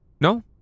No